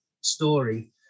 story